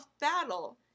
battle